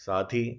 साथ ही